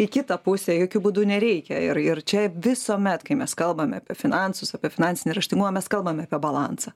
į kitą pusę jokiu būdu nereikia ir ir čia visuomet kai mes kalbame apie finansus apie finansinį raštingumą mes kalbame apie balansą